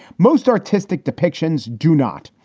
most artistic depictions do not.